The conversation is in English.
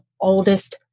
oldest